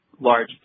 large